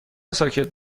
ساکت